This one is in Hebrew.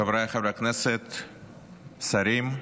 חבריי חברי הכנסת, שרים,